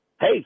hey